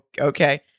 okay